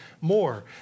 more